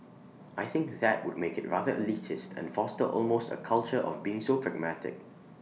I think that would make IT rather elitist and foster almost A culture of being so pragmatic